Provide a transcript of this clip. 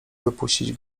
wypuścić